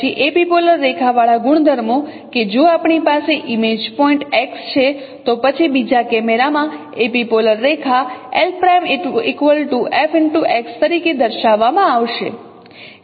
પછી એપિપોલર રેખા વાળા ગુણધર્મો કે જો આપણી પાસે ઇમેજ પોઇન્ટ x છે તો પછી બીજા કેમેરામાં એપિપોલર રેખા l'F x તરીકે દર્શાવવામાં આવશે